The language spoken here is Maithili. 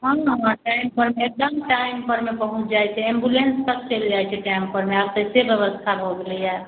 हँ हँ हँ टाइम परमे एकदम टाइम परमे पहुँच जाइत छै एम्बुलेंस तक चलि जाइत छै टाइम परमे आब तऽ से व्यवस्था भऽ गेलैए